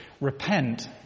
Repent